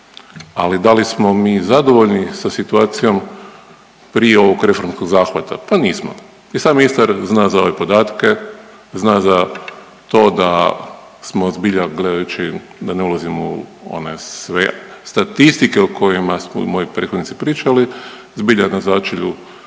ali da li smo mi zadovoljni sa situacijom prije ovog reformskog zahvata, pa nismo. I sam ministar zna za ove podatke, zna za to da smo zbilja gledajući da ne ulazim u one sve statistike o kojima su moji prethodnici pričali, zbilja na začelju